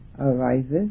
arises